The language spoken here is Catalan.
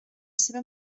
seva